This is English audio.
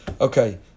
Okay